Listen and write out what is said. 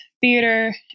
theater